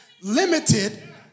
limited